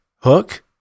Hook